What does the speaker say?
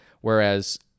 Whereas